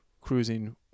cruising